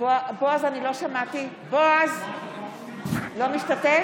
אינו משתתף בהצבעה